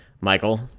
Michael